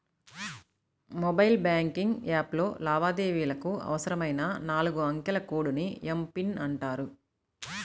mobile banking యాప్లో లావాదేవీలకు అవసరమైన నాలుగు అంకెల కోడ్ ని ఎమ్.పిన్ అంటారు